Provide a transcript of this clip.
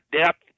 depth